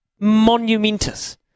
monumentous